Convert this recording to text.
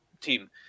team